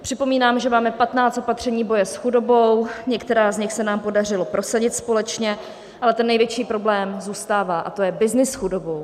Připomínám, že máme 15 opatření boje s chudobou, některá z nich se nám podařilo prosadit společně, ale ten největší problém zůstává, a to je byznys s chudobou.